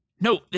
No